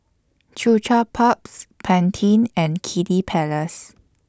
Chupa Chups Pantene and Kiddy Palace